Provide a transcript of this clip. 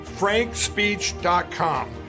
FrankSpeech.com